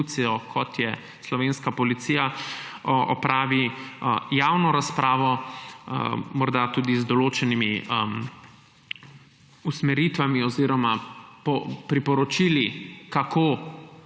kot je slovenska Policija, opravi javno razpravo, morda tudi z določenimi usmeritvami oziroma priporočili, kako